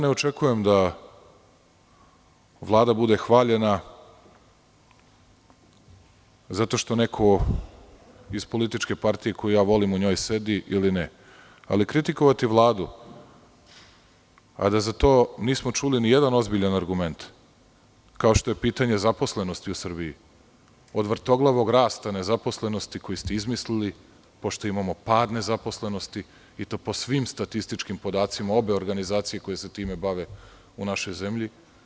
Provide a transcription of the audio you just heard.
Ne očekujem da Vlada bude hvaljena zato što neko iz političke partije koju ja volim on sedi ili ne, ali kritikovati Vladu, a da za to nismo čuli ni jedan ozbiljan argument, kao što je pitanje zaposlenosti u Srbiji, od vrtoglavog rasta nezaposlenosti koji ste izmislili, pošto imamo pad nezaposlenosti i to po svim statističkim podacima obe organizacije koje se time bave u našoj zemlji.